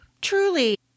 truly